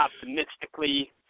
optimistically